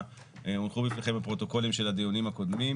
הונחו בפניכם הפרוטוקולים של הדיונים הקודמים